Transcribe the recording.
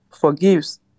forgives